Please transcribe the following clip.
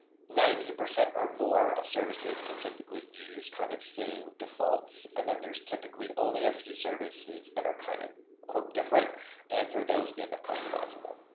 ninety percent or more of services can typically use kind of same defaults, and then there's typically on a few services that are kind of different and, for those, we end up customizing them.